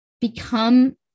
become